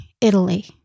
Italy